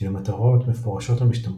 שלמטרות מפורשות או משתמעות,